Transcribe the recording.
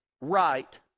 right